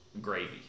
gravy